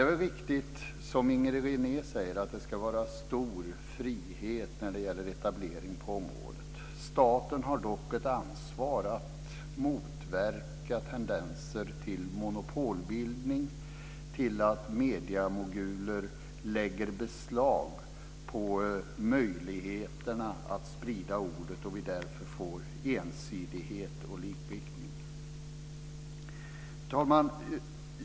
Det är riktigt som Inger René säger att det ska vara stor frihet när det gäller etablering på området. Staten har dock ett ansvar för att motverka tendenser till monopolbildning, till att mediemoguler lägger beslag på möjligheterna att sprida ordet och vi därför får ensidighet och likriktning. Fru talman!